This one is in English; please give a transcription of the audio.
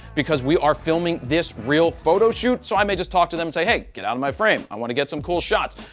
because we are filming this real photo shoot. so, i may just talk to them, say, hey, get out of my frame. i want to get some cool shots.